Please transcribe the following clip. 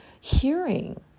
hearing